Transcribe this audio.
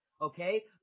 okay